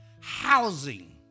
housing